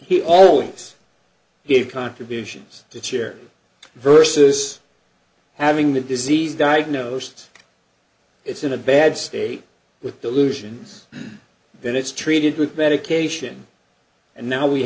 he always gave contributions to charity versus having the disease diagnosed it's in a bad state with delusions then it's treated with medication and now we